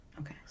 Okay